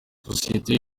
sosiyete